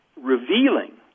revealing